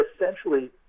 essentially